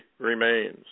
remains